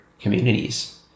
communities